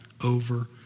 over